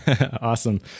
Awesome